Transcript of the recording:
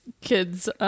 kids